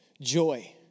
Joy